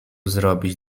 zrobić